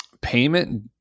Payment